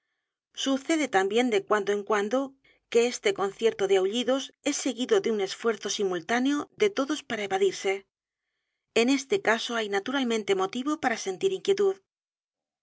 sucede también de cuando en cuando que este concierto de aullidos es seguido de un esfuerzo simultáneo de todos para evadirse en este caso hay naturalmente motivo para sentir inquietud